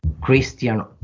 Christian